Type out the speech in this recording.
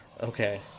Okay